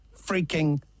freaking